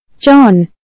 John